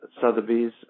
Sotheby's